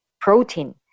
protein